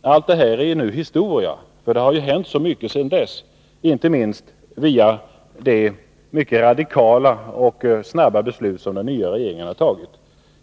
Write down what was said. Allt detta är nu historia, eftersom det har hänt så mycket sedan dess, inte minst till följd av de mycket radikala och snabba beslut som den nya regeringen har fattat.